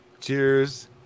Cheers